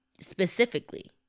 specifically